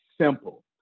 simple